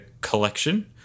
Collection